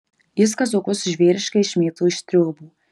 jis kazokus žvėriškai išmėto iš triobų